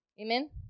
Amen